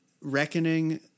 reckoning